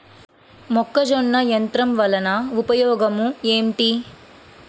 మొక్కజొన్న యంత్రం వలన ఉపయోగము ఏంటి?